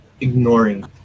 ignoring